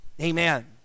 amen